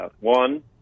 one